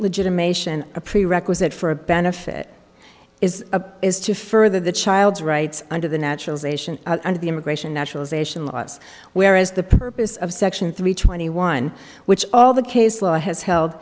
legitimation a prerequisite for a benefit is a is to further the child's rights under the naturalization of the immigration naturalization laws whereas the purpose of section three twenty one which all the case law has held